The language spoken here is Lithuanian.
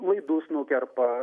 laidus nukerpa